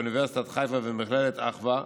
אוניברסיטת חיפה ומכללת אחווה,